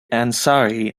ansari